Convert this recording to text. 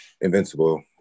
invincible